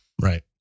Right